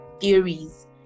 theories